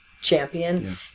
champion